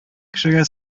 кешегә